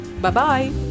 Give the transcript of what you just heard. Bye-bye